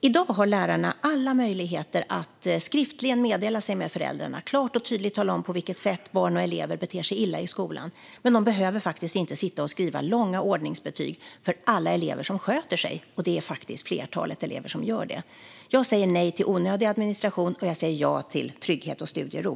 I dag har lärarna alla möjligheter att skriftligen meddela sig med föräldrarna och klart och tydligt tala om på vilket sätt elever beter sig illa i skolan, men de behöver faktiskt inte sitta och skriva långa ordningsbetyg för alla elever som sköter sig. Det är faktiskt flertalet elever som gör det. Jag säger nej till onödig administration, och jag säger ja till trygghet och studiero.